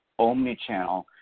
omnichannel